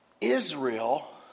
Israel